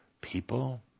people